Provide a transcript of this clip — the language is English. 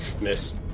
Miss